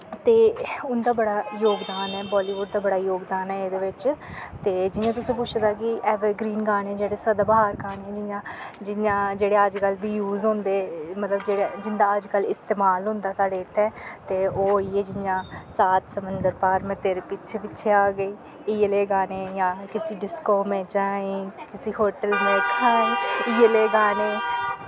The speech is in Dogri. ते उंदा बड़ा जोगदान ऐ बालीवुड दा बड़ा जोगदान ऐ एह्दे बिच्च ते जियां तुसैं पुच्छे दा की ऐवरगरीन गाने जेह्ड़े सदाबहार गाने न जियां जियां जेह्ड़े अजकल्ल बी यूज होंदे मतलव जेह्ड़े जिंदा अजकल्ल इस्तेमाल होंदा साढ़े इत्थै ते ओह् होईये जियां सात समुन्द्र पार में तेरे पीछे पीछे आ गेई इयै ले गाने जां किसी डिसको में जाएं किसी होटल में खाएं इयै ले गाने